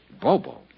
Bobo